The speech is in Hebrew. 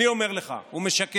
אני אומר לך, הוא משקר.